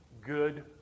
Good